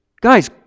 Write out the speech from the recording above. guys